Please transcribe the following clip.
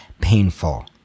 painful